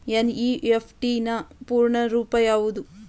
NEFT ನ ಪೂರ್ಣ ರೂಪ ಯಾವುದು?